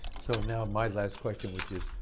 so now my last question, which is,